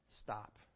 stop